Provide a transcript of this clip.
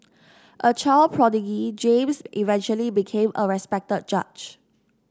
a child prodigy James eventually became a respected judge